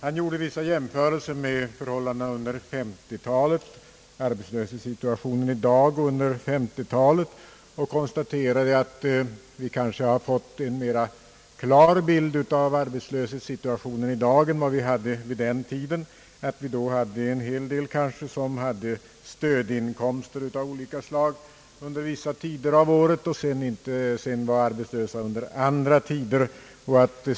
Han gjorde vissa jämförelser med arbetslöshetssituationen i dag och på 1950-talet och konstaterade att vi kanske har fått en mera klar bild av arbetslöshetssituationen i dag än vad vi hade på den tiden; vi hade då en hel del människor med stödinkomster av olika slag under vissa tider av året vilka sedan var arbetslösa under andra tider.